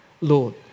Lord